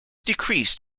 decreased